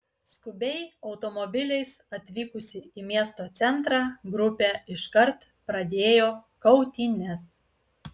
skubiai automobiliais atvykusi į miesto centrą grupė iškart pradėjo kautynes